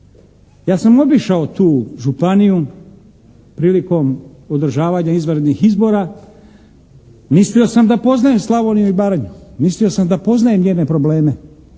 Ja sam obišao tu županiju prilikom održavanja izvanrednih izbora. Mislio sam da poznajem Slavoniju i Baranju. Mislio sam da poznajem njezine probleme.